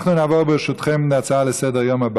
אנחנו נעבור, ברשותכם, להצעות הבאות לסדר-היום: